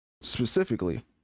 specifically